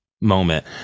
moment